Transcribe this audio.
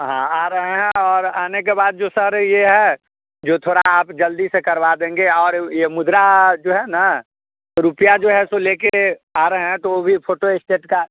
हाँ आ रहे हैं और आने के बाद जो सर ये है जो थोड़ा आप जल्दी से करवा देंगे और ये मुद्रा जो है ना रूपया जो है सो लेके आ रहे हैं तो वो भी फोटस्टैट का